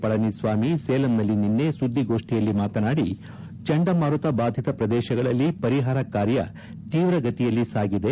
ಪಳನಿಸ್ತಾಮಿ ಸೇಲಂನಲ್ಲಿ ನಿನ್ನೆ ಸುದ್ದಿಗೋಷ್ಟಿಯಲ್ಲಿ ಮಾತನಾಡಿ ಚಂಡಮಾರುತ ಬಾಧಿತ ಪ್ರದೇಶಗಳಲ್ಲಿ ಪರಿಹಾರ ಕಾರ್ಯ ತೀವ್ರಗತಿಯಲ್ಲಿ ಸಾಗಿದೆ